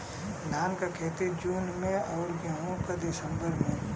धान क खेती जून में अउर गेहूँ क दिसंबर में?